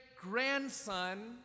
grandson